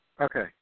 Okay